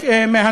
הראשון, הראשון.